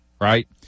right